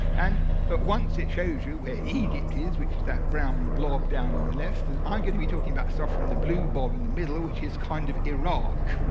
and but once it shows you where egypt is, which is that brown blob down on the left, and i'm going to be talking about stuff from the blue blob in the middle, ah which is kind of iraq.